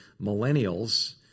millennials